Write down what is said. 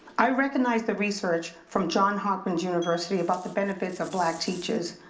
i recognized the research from john hopkins university about the benefits of black teachers,